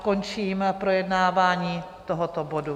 Končím projednávání tohoto bodu.